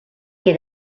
què